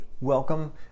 welcome